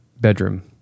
bedroom